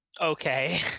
Okay